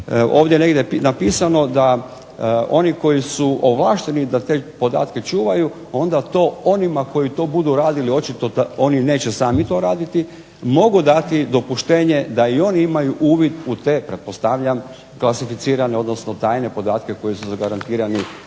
ovdje negdje napisano da oni koji su ovlašteni da te podatke čuvaju onda to onima koji to budu radili očito da oni neće sami to raditi, mogu dati dopuštenje da i oni imaju uvid u te pretpostavljam klasificirane, odnosno tajne podatke koji su zagarantirani